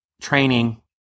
training